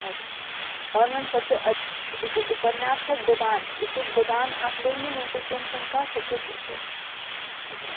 अच्छा और मैम सबसे अच्छी उपन्यास है गोदान इसको गोदान आप लेंगी मुंशी प्रेमचन्द का सबसे प्रसिद्ध है